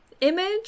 image